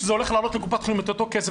שזה הולך לעלות לקופת החולים אותו סכום כסף,